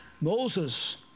Moses